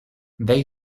they